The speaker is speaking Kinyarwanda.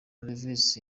olivis